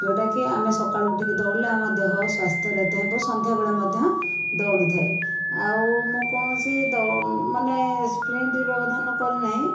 ଯେଉଁଟାକି ଆମେ ସକାଳୁ ଉଠିକି ଦଉଡ଼ିଲେ ଆମ ଦେହ ସ୍ୱାସ୍ଥ୍ୟ ରହିତ ହେବ ସନ୍ଧ୍ୟାବେଳେ ମଧ୍ୟ ଦଉଡ଼ିଥାଏ ଆଉ ମୁଁ କୌଣସି ଦଉ ମାନେ ସ୍ପ୍ରିଣ୍ଟ ବ୍ୟବଧାନ କରିନାହିଁ